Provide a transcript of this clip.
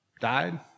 died